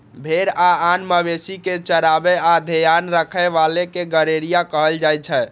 भेड़ आ आन मवेशी कें चराबै आ ध्यान राखै बला कें गड़ेरिया कहल जाइ छै